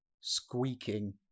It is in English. squeaking